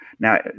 Now